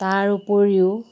তাৰ উপৰিও